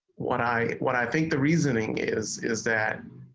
what i what i think the reasoning is is that.